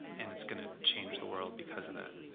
and it's gonna change the world because of that.